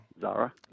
Zara